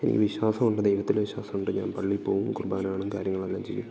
എനിക്ക് വിശ്വാസമുണ്ട് ദൈവത്തില് വിശ്വാസമുണ്ട് ഞാൻ പള്ളിയിൽ പോകും കുർബാനകളും കാര്യങ്ങളെല്ലാം ചെയ്യും